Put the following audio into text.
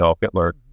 Hitler